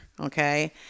Okay